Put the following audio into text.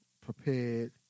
prepared